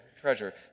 treasure